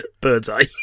Birdseye